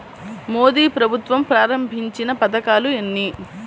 మోదీ ప్రభుత్వం ప్రారంభించిన పథకాలు ఎన్ని?